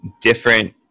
different